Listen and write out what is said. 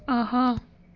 آہا